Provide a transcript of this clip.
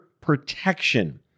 protection